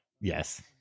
yes